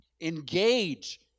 Engage